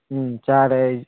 ꯎꯝ ꯆꯥꯔꯦ ꯑꯩ